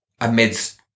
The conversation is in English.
amidst